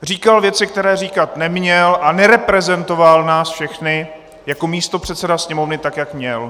Říkal věci, které říkat neměl, a nereprezentoval nás všechny jako místopředseda Sněmovny, tak jak měl.